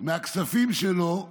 שקל מהכספים שלו לחרדים.